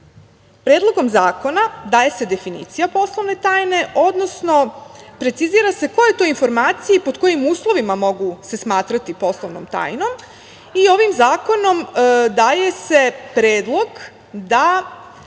tajne. Predlogom zakona daje se definicija poslovne tajne, odnosno precizira se koje to informacije i pod kojim uslovima mogu se smatrati poslovnom tajnom. Ovim zakonom daje se predlog da